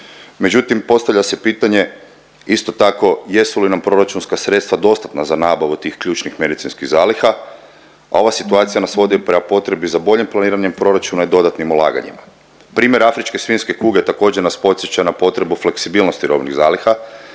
međutim postavlja se pitanje isto tako jesu li nam proračunska sredstva dostatna za nabavu tih ključnih medicinskih zaliha, a ova situacija nas vodi prema potrebi za boljem planiranjem proračuna i dodatnim ulaganjima. Primjer afričke svinjske kuge također nas podsjeća na potrebu fleksibilnosti robnih zaliha,